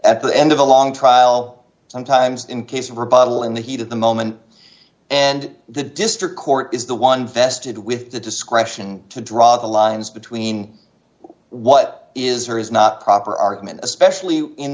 at the end of a long trial sometimes in case rebuttal in the heat of the moment and the district court is the one vested with the discretion to draw the lines between what is or is not proper argument especially in